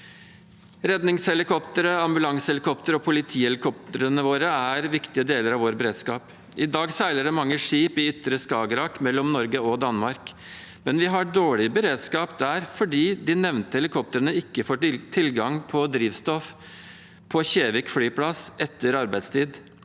Redningshelikoptre, ambulansehelikoptre og politihelikoptrene våre er viktige deler av vår beredskap. I dag seiler det mange skip i ytre Skagerrak mellom Norge og Danmark, men vi har dårlig beredskap der fordi de nevnte helikoptrene ikke får tilgang på drivstoff på Kjevik flyplass etter arbeidstid.